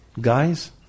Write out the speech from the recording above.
Guys